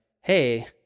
hey